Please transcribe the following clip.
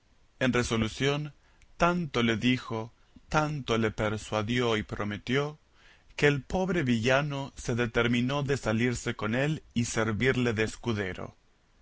en resolución tanto le dijo tanto le persuadió y prometió que el pobre villano se determinó de salirse con él y servirle de escudero